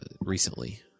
recently